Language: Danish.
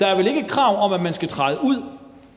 der er vel ikke et krav om, at man skal træde ud